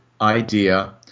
idea